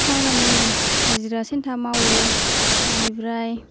खामानि हासिरा सिनथा मावो इनिफ्राय